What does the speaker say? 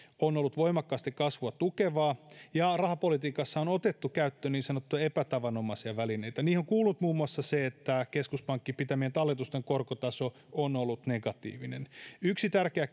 on ollut voimakkaasti kasvua tukevaa ja rahapolitiikassa on otettu käyttöön niin sanottuja epätavanomaisia välineitä niihin on kuulunut muun muassa se että keskuspankkien pitämien talletusten korkotaso on ollut negatiivinen yksi tärkeä